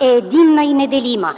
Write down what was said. е единна и неделима.